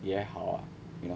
也好 ah you know